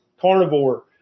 carnivore